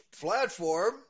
platform